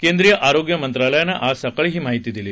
केंद्रीय आरोग्य मंत्रालयानं आज सकाळी ही माहिती दिली